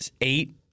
eight